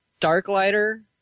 Darklighter